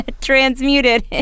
transmuted